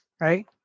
right